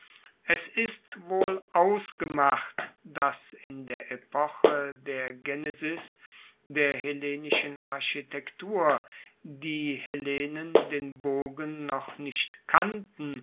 es ist wohl ausgemacht dass in der epoche der genesis der hellenischen architektur die hellenen den bogen noch nicht kannten